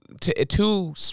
two